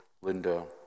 Linda